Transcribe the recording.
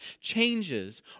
changes